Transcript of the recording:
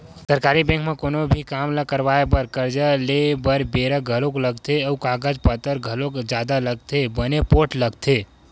सरकारी बेंक म कोनो भी काम ल करवाय बर, करजा लेय बर बेरा घलोक लगथे अउ कागज पतर घलोक जादा लगथे बने पोठ लगथे